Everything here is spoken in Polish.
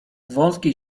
wąski